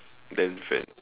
then friend